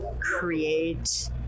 create